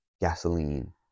gasoline